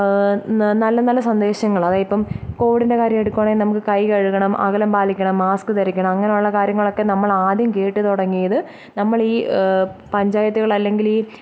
നല്ല നല്ല സന്ദേശങ്ങൾ അതായത് ഇപ്പം കോവിഡിന്റെ കാര്യം എടുക്കുവാണെങ്കിൽ നമുക്ക് കൈ കഴുകണം അകലം പാലിക്കണം മാസ്ക് ധരിക്കണം അങ്ങനെയുള്ള കാര്യങ്ങളൊക്കെ നമ്മൾ ആദ്യം കേട്ട് തുടങ്ങിയത് നമ്മൾ ഈ പഞ്ചായത്തുകൾ അല്ലെങ്കിൽ ഈ